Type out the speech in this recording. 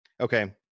Okay